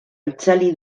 itzali